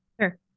Sure